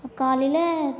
காலையில